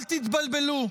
אל תתבלבלו,